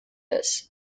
this